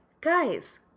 guys